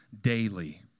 daily